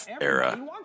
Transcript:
era